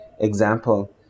example